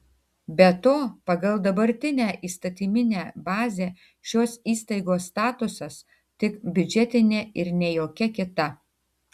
be to pagal dabartinę įstatyminę bazę šios įstaigos statusas tik biudžetinė ir ne jokia kita